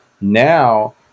now